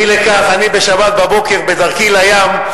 אי-לכך, אני בשבת בבוקר, בדרכי לים,